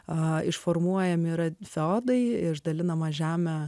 a išformuojami yra feodai išdalinama žemė